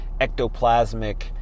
ectoplasmic